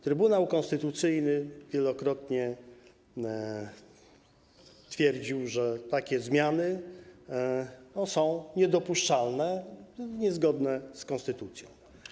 Trybunał Konstytucyjny wielokrotnie twierdził, że takie zmiany są niedopuszczalne, niezgodne z konstytucją.